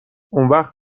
اونوقت